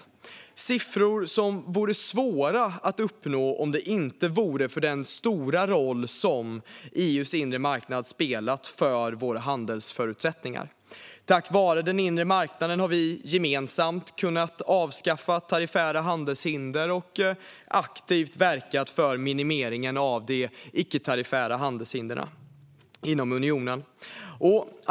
Det är siffror som vore svåra att uppnå om det inte vore för den stora roll som EU:s inre marknad spelat för våra handelsförutsättningar. Tack vare den inre marknaden har vi gemensamt kunnat avskaffa tariffära handelshinder och aktivt verkat för minimeringen av de icke-tariffära handelshindren inom unionen.